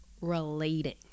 relating